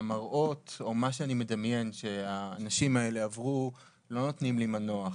המראות או מה שאני מדמיין שהאנשים האלה עברו לא נתנו לי מנוח.